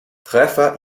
treffer